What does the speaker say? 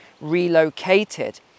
relocated